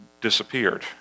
disappeared